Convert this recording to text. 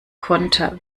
konter